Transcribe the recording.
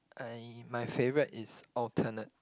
I my favorite is alternate